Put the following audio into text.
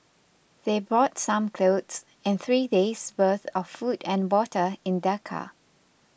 they brought some clothes and three days' worth of food and water in their car